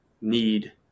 need